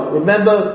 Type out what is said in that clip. remember